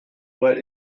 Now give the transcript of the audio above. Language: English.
what